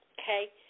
Okay